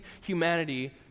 humanity